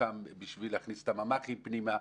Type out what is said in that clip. הוקם בשביל להכניס את הממ"חים פנימה.